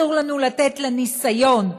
אסור לנו לתת לניסיון,